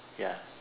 ya